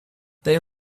they